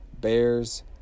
bears